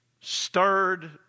stirred